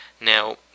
Now